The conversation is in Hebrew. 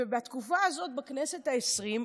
ובתקופה הזו, בכנסת העשרים,